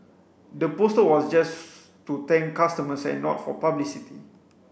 the poster was just to thank customers and not for publicity